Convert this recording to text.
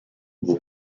vos